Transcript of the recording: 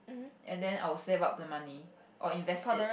and then I will save up the money or invest it